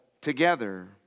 together